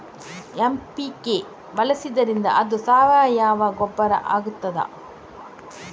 MPK ಬಳಸಿದ್ದರಿಂದ ಅದು ಸಾವಯವ ಗೊಬ್ಬರ ಆಗ್ತದ?